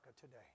today